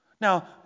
Now